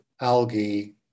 algae